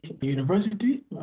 University